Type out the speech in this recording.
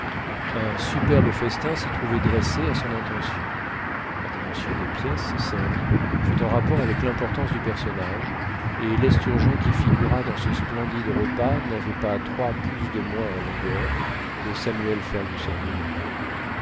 un superbe festin s'y trouvait dressé à son intention la dimension des pièces servies fut en rapport avec l'importance du personnage et l'esturgeon qui figura dans ce splendide repas n'avait pas trois pouces de moins en longueur que samuel fergusson lui-même